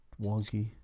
wonky